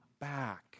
back